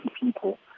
people